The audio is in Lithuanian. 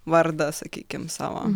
vardą sakykim savo